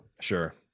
Sure